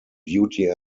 beauty